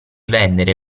vendere